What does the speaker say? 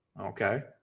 Okay